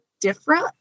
different